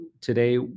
today